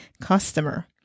customer